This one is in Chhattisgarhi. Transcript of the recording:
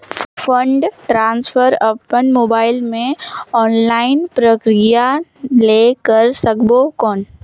फंड ट्रांसफर अपन मोबाइल मे ऑनलाइन प्रक्रिया ले कर सकबो कौन?